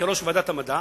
כראש ועדת המדע,